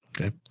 Okay